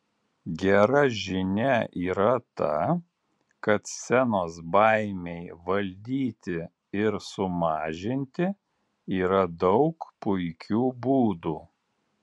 gera žinia yra ta kad scenos baimei valdyti ir sumažinti yra daug puikių būdų